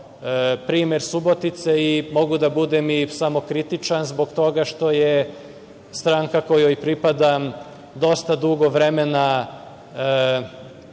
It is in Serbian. primer Subotice. Mogu da budem i samokritičan zbog toga što je stranka kojoj pripadam dosta dugo vremena